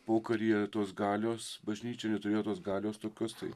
pokaryje tos galios bažnyčia neturėjo tos galios tokius tai